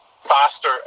faster